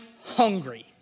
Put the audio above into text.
hungry